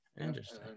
Interesting